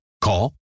Call